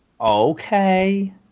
Okay